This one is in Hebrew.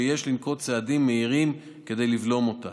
ויש לנקוט צעדים מהירים כדי לבלום אותן.